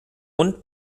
und